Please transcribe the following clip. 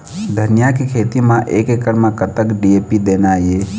धनिया के खेती म एक एकड़ म कतक डी.ए.पी देना ये?